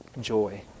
joy